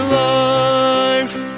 life